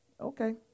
Okay